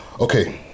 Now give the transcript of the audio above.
okay